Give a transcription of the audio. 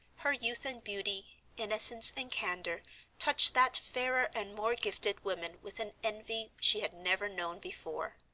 her youth and beauty, innocence and candor touched that fairer and more gifted woman with an envy she had never known before.